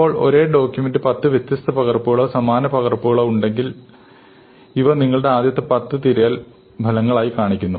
ഇപ്പോൾ ഒരേ ഡോക്യൂമെന്റു 10 വ്യത്യസ്ത പകർപ്പുകളോ സമാനമായ പകർപ്പുകളോ ഉണ്ടെങ്കിൽ ഇവ നിങ്ങളുടെ ആദ്യത്തെ 10 തിരയൽ ഫലങ്ങളായി കാണിക്കുന്നു